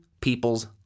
people's